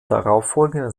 darauffolgenden